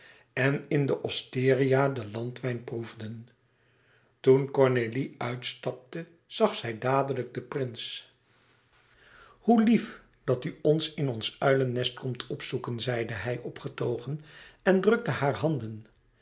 en in de osteria den landwijn proeften toen cornélie uitstapte zag zij dadelijk den prins hoe lief dat u ons in ons uilennest komt opzoeken zeide hij opgetogen en drukte hare handen